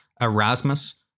Erasmus